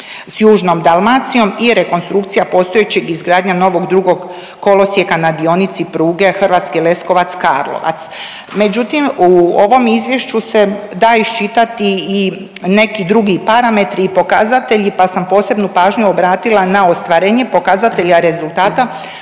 s Južnom Dalmacijom i rekonstrukcija postojećeg i izgradnja novog drugog kolosijeka na dionici pruge Hrvatski Leskovac-Karlovac. Međutim, u ovom izvješću se da iščitati i neki drugi parametri i pokazatelji, pa sam posebnu pažnju obratila na ostvarenje pokazatelja rezultata